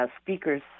speakers